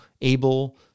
able